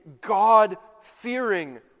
God-fearing